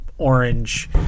Orange